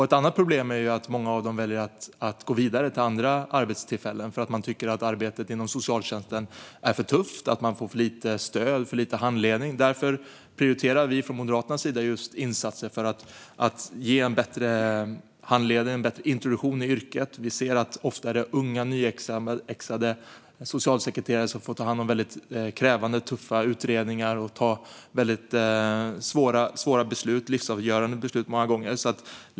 Ett annat problem är att många väljer att gå vidare till andra arbetstillfällen eftersom man tycker att arbetet inom socialtjänsten är för tufft och att man får för lite stöd och handledning. Därför prioriterar Moderaterna just insatser för att ge en bättre handledning och bättre introduktion i yrket. Unga nyutexaminerade socialsekreterare får ofta ta hand om krävande och tuffa utredningar och ta väldigt svåra, många gånger livsavgörande, beslut.